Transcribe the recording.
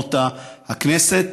במסדרונות הכנסת,